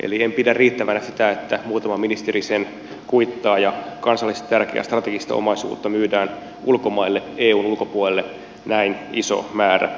eli en pidä riittävänä sitä että muutama ministeri sen kuittaa ja kansallisesti tärkeää strategista omaisuutta myydään ulkomaille eun ulkopuolelle näin iso määrä